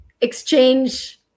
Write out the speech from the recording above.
exchange